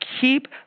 keep